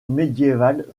médiéval